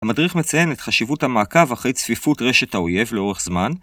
‫המדריך מציין את חשיבות המעקב אחרי ‫צפיפות רשת האויב לאורך זמן.